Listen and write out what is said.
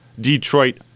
Detroit